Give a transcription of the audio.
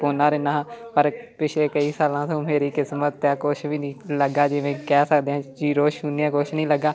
ਪਾਉਂਦਾ ਰਹਿੰਦਾ ਹਾਂ ਪਰ ਪਿਛਲੇ ਕਈ ਸਾਲਾਂ ਤੋਂ ਮੇਰੀ ਕਿਸਮਤ ਦਾ ਕੁਛ ਵੀ ਨਹੀਂ ਲੱਗਾ ਜਿਵੇਂ ਕਹਿ ਸਕਦੇ ਹਾਂ ਜੀਰੋ ਸ਼ੂਨਿਆ ਕੁਛ ਹਾਂ ਲੱਗਾ